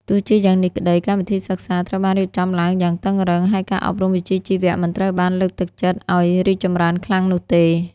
ទោះជាយ៉ាងនេះក្តី កម្មវិធីសិក្សាត្រូវបានរៀបចំឡើងយ៉ាងតឹងរ៉ឹង ហើយការអប់រំវិជ្ជាជីវៈមិនត្រូវបានលើកទឹកចិត្តឱ្យរីកចម្រើនខ្លាំងនោះទេ។